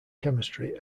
chemistry